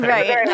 Right